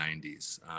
90s